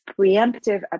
preemptive